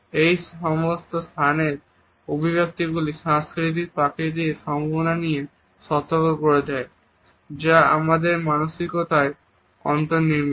এইসব স্থানের অভিব্যক্তি গুলি সাংস্কৃতিক পার্থক্যের সম্ভাবনা নিয়ে সতর্ক করে দেয় যা আমাদের মানসিকতায় অন্তর্নির্মিত